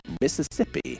Mississippi